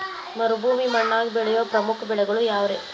ಮರುಭೂಮಿ ಮಣ್ಣಾಗ ಬೆಳೆಯೋ ಪ್ರಮುಖ ಬೆಳೆಗಳು ಯಾವ್ರೇ?